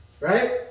Right